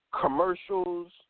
commercials